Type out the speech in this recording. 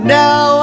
now